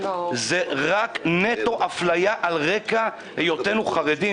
זה רק נטו אפליה על רקע היותנו חרדים.